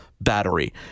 Battery